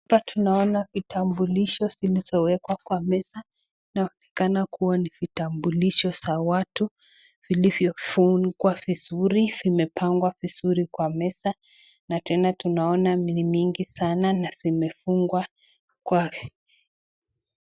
Hapa tunaona vitambulisho zilizowekwa kwa meza . Inaonekana kuwa ni vitambulisho za watu vilivyofungwa vizuri vimepangwa vizuri kwa meza na tena tunaona ni mingi sana na zimefungwa kwa....